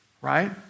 right